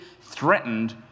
threatened